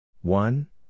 One